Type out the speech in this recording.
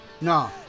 no